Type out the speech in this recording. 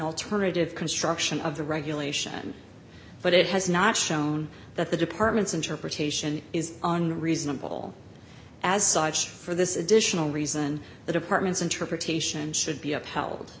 alternative construction of the regulation but it has not shown that the department's interpretation is unreasonable as for this additional reason the department's interpretation should be upheld